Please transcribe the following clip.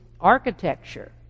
architecture